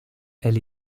elle